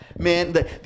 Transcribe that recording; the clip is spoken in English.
Man